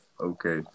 Okay